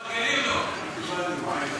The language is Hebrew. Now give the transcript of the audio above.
אנחנו לא נפגעים, אנחנו מפרגנים לו.